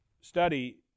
Study